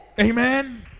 Amen